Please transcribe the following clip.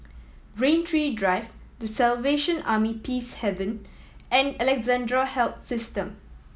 Rain Tree Drive The Salvation Army Peacehaven and Alexandra Health System